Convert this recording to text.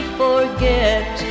forget